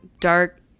dark